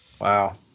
Wow